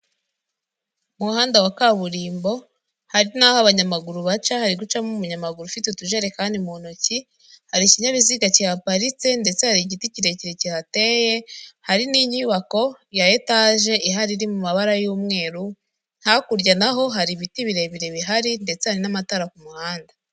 Umuhanda wa kaburimbo hari n'aho abanyamaguru baca hari gucamo umunyamaguru ufite utujerekani mu ntoki hari ikinyabiziga kihaparitse ndetse hari igiti kirekire kihateye hari n'inyubako ya etage ihari iri mu mabara y'umweru hakurya nahoho hari ibiti birebire bihari ndetse hari n'amatara ku muhanda.